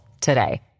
today